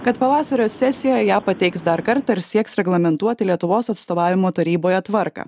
kad pavasario sesijoje ją pateiks dar kartą ir sieks reglamentuoti lietuvos atstovavimo taryboje tvarką